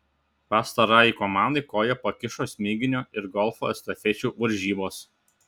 pastarajai komandai koją pakišo smiginio ir golfo estafečių varžybos